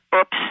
oops